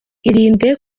irinde